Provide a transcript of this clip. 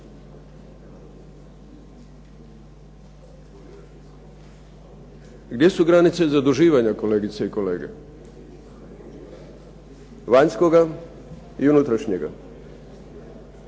Gdje su granice zaduživanja kolegice i kolege, vanjskoga i unutrašnjega?